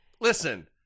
Listen